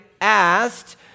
asked